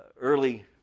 early